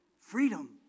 Freedom